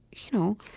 you know,